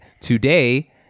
today